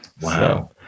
Wow